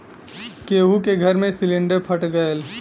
केहु के घर मे सिलिन्डर फट गयल